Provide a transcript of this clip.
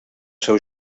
seu